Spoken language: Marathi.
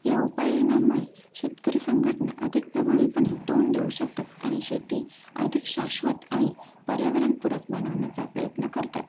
या उपाययोजनांमुळे शेतकरी संघटना अधिक प्रभावीपणे तोंड देऊ शकतात आणि शेती अधिक शाश्वत आणि पर्यावरणपूरक बनवण्याचा प्रयत्न करतात